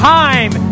time